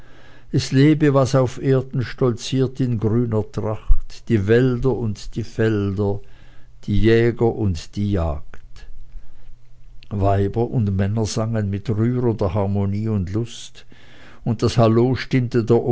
es lebe was auf erden stolziert in grüner tracht die wälder und die felder die jäger und die jagd weiber und männer sangen mit rührender harmonie und lust und das hallo stimmte der